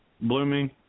blooming